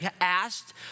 asked